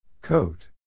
Coat